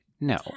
no